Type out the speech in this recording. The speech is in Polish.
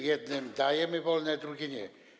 Jednym dajemy wolne, drugim - nie.